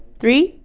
three,